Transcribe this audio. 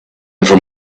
from